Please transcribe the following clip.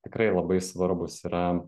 tikrai labai svarbūs yra